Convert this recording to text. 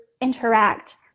interact